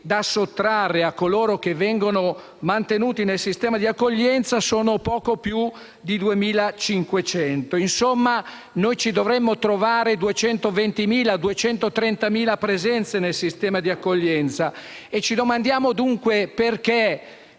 relativi a coloro che vengono mantenuti nel sistema di accoglienza, sono poco più di 2.500. Insomma, noi dovremmo registrare 220.000-230.000 presenze nel sistema di accoglienza. Ci domandiamo dunque perché